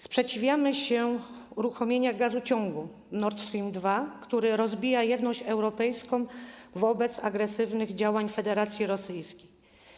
Sprzeciwiamy się uruchomieniu gazociągu Nord Stream 2, który rozbija jedność europejską wobec agresywnych działań Federacji Rosyjskiej.